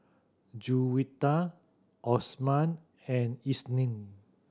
Juwita Osman and Isnin